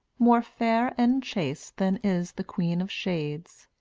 more fair and chaste than is the queen of shades,